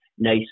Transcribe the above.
nice